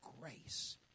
grace